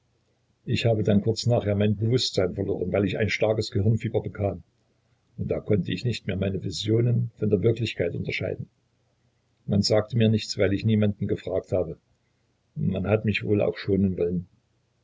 ich habe dann kurz nachher mein bewußtsein verloren weil ich ein starkes gehirnfieber bekam und da konnt ich nicht mehr meine visionen von der wirklichkeit unterscheiden man sagte mir nichts weil ich niemanden gefragt habe man hat mich auch wohl schonen wollen